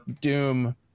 Doom